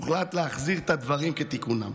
הוחלט להחזיר את הדברים כתיקונם.